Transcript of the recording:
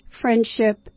friendship